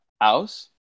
house